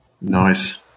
Nice